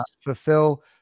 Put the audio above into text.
fulfill